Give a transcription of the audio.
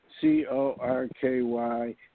C-O-R-K-Y